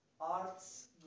arts